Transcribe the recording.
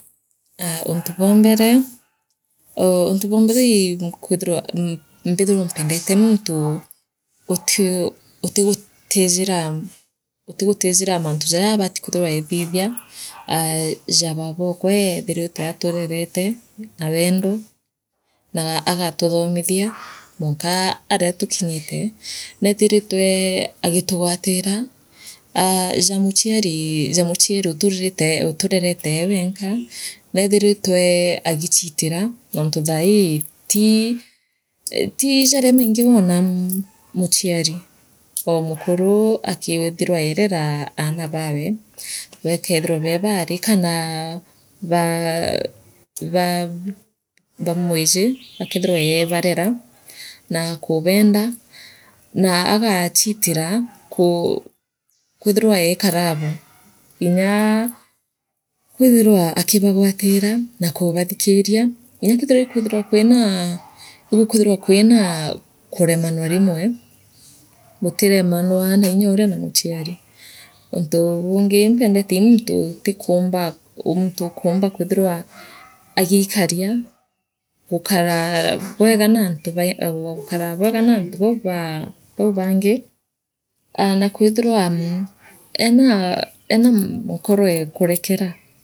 Aa untubwa mbere ou untu bwa mbere ikwitherwa m mpendente muntu utiu utigutijira utigutijira mantu jaria aabati kwithira eethithia e jaa baabokwa ee ethiritwe aaturerete naa wendo naa agatuthomithia mwaka aria tukinyite neethiritwe aagitugwatira aa jaa muchiari ja muchiari utu uturerete ee wenka neethiritwe agiichiitira antu thaai ti ti jaria maingi wonaa muchiari oo mukuru akiithirwa eereraa aana bawe baakethirwa bee baari kana baa baa baa mwiji akeethirwa eebarera naa kuubendaa naa agachiitira kuu kwithirwa eekarabo inyaa kwithirwa akibagwatiraa na kubaathikiria inya ikwithirwa kwinaa igukwitirwaa kwina kuremanwa rimwe gutiremanwo nainyoria naa muchiari untu bungi mpendete ii muntu utikuumba u muntu ukumba kwithirwa aagiikaria gukaraa bwega naantu ba i gukara bwiga naantu bau ba bau bangi aa naakwithirwa ee enaa nkoro ee kurekera.